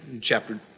chapter